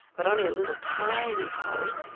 but only a little tiny hole,